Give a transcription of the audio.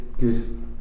Good